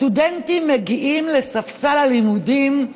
הסטודנטים מגיעים לספסל הלימודים,